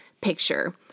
picture